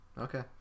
Okay